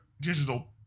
digital